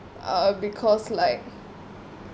ah because like